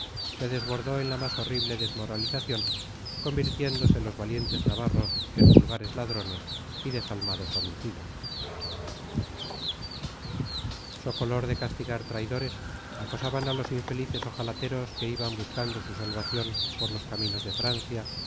se desbordó en la más horrible desmoralización convirtiéndose los valientes navarros en vulgares ladrones y desalmados homicidas so color de castigar traidores acosaban a los infelices ojalateros que iban buscando su salvación por los caminos de francia